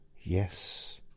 yes